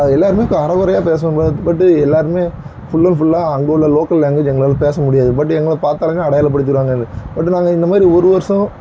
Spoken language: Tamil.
எல்லோருமே அரைக்குறையா பேசுவோம் பட்டு எல்லோருமே ஃபுல்லன் ஃபுல்லாக அங்கே உள்ள லோக்கல் லேங்க்வேஜ் எங்களால் பேசமுடியாது பட் எங்களை பார்த்தாலுமே அடையாள படித்திடுவாங்கள் பட்டு நாங்கள் இந்தமாதிரி ஒருவருசம்